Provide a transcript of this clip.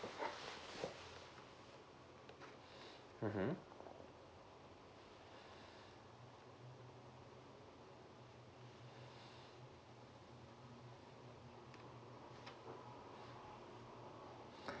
mmhmm